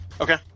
Okay